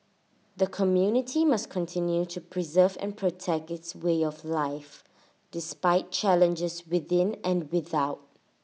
the community must continue to preserve and protect its way of life despite challenges within and without